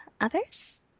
others